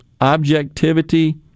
objectivity